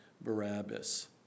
Barabbas